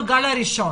בגל הראשון